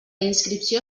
inscripció